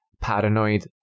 paranoid